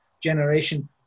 generation